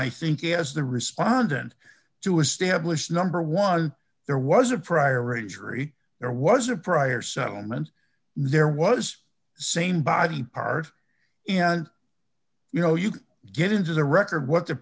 i think it has the respondent to establish number one there was a prior a jury there was a prior settlement there was same body part and you know you can get into the record what the